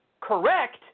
correct